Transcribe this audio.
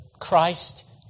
Christ